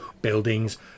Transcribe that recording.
buildings